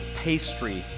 pastry